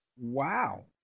Wow